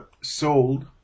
sold